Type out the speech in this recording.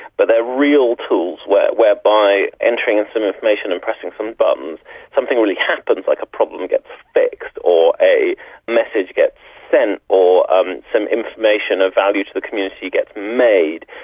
ah real tools where where by entering and some information and pressing some buttons something really happens, like a problem gets fixed or a message gets sent, or um some information of value to the community gets made.